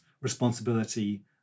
responsibility